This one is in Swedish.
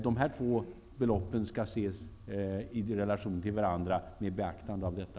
De här två beloppen skall ses i relation till varandra i beaktande av detta.